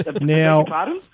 Now